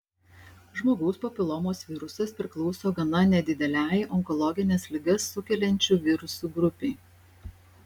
žmogaus papilomos virusas priklauso gana nedidelei onkologines ligas sukeliančių virusų grupei